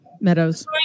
meadows